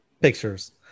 pictures